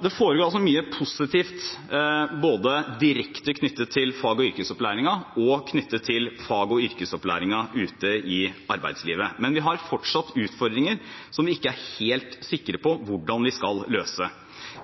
Det foregår altså mye positivt, både direkte knyttet til fag- og yrkesopplæringen og knyttet til fag- og yrkesopplæringen ute i arbeidslivet. Men vi har fortsatt utfordringer som vi ikke er helt sikre på hvordan vi skal løse.